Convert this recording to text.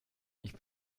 ich